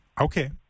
okay